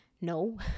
No